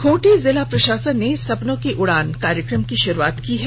खूंटी जिला प्रशासन ने सपनों की उड़ान कार्यक्रम की शुरुआत की है